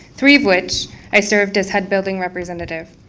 three of which i served as head building representative.